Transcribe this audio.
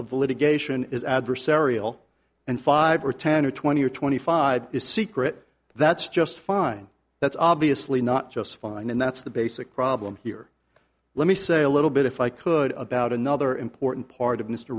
the litigation is adversarial and five or ten or twenty or twenty five is secret that's just fine that's obviously not just fine and that's the basic problem here let me say a little bit if i could about another important part of mr